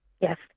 Yes